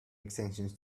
extensions